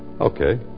Okay